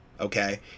Okay